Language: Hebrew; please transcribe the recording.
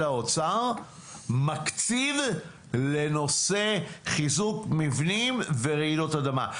האוצר מקציב לנושא חיזוק מבנים ורעידות אדמה.